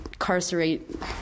Incarcerate